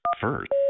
first